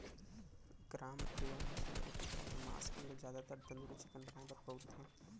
ग्रामप्रिया नसल के कुकरा के मांस ल जादातर तंदूरी चिकन बनाए बर बउरथे